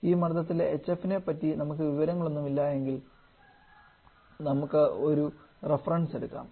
ഈ മർദ്ദത്തിലെ hf നെ പറ്റി നമുക്ക് വിവരങ്ങളൊന്നും ഇല്ലായെങ്കിൽ നമുക്ക് ഒരു റഫറൻസ് എടുക്കാം